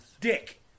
dick